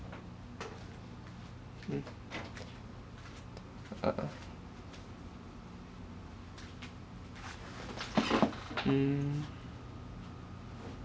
mm err mm